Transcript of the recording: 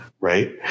right